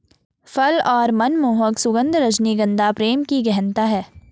फल और मनमोहक सुगन्ध, रजनीगंधा प्रेम की गहनता है